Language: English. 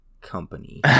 company